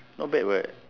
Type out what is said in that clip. not bad [what]